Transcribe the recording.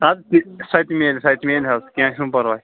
ستھ فیٖٹ سۄ تہِ میلہِ سۄتہِ میلہِ حظ کیٚنٛہہ چھُنہٕ پرواے